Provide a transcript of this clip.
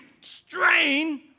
strain